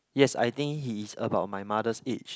yes I think he is about my mother's age